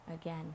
Again